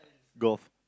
golf